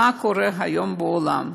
מה קורה היום בעולם,